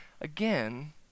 again